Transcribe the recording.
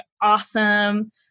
awesome